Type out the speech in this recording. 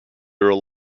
rely